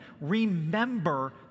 Remember